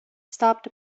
stopped